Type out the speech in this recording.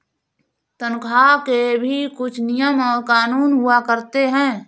तन्ख्वाह के भी कुछ नियम और कानून हुआ करते हैं